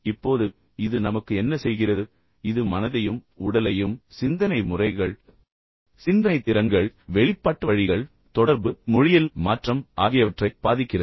இப்போது இது நமக்கு என்ன செய்கிறது இது மனதையும் உடலையும் சிந்தனை முறைகள் சிந்தனை திறன்கள் வெளிப்பாட்டு வழிகள் தொடர்பு மொழியில் மாற்றம் ஆகியவற்றை பாதிக்கிறது